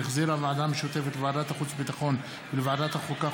שהחזירה הוועדה המשותפת לוועדת החוץ והביטחון ולוועדת החוקה,